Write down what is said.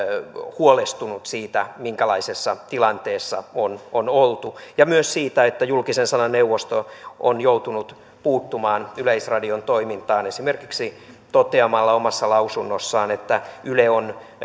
huolestunut siitä minkälaisessa tilanteessa on on oltu ja myös siitä että julkisen sanan neuvosto on joutunut puuttumaan yleisradion toimintaan esimerkiksi toteamalla omassa lausunnossaan että yle on